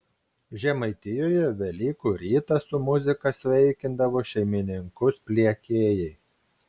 žemaitijoje velykų rytą su muzika sveikindavo šeimininkus pliekėjai